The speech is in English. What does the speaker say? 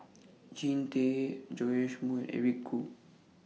Jean Tay Joash Moo Eric Khoo